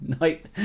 night